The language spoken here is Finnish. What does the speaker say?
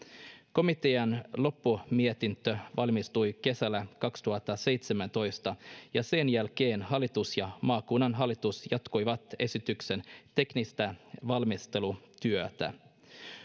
komitean loppumietintö valmistui kesällä kaksituhattaseitsemäntoista ja sen jälkeen hallitus ja maakunnan hallitus jatkoivat esityksen teknistä valmistelutyötä